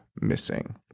missing